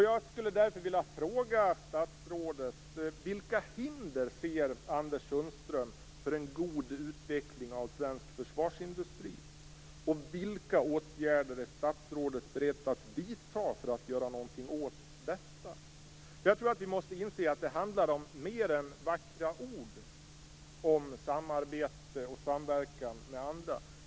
Jag skulle därför vilja fråga statsrådet: Vilka hinder ser Anders Sundström för en god utveckling av en svensk försvarsindustri, och vilka åtgärder är statsrådet beredd att i så fall vidta för att göra någonting åt detta? Jag tror att vi måste inse att det handlar om mer än vackra ord om samarbete och samverkan med andra.